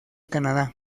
canadá